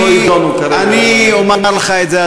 אני אומר לך את זה,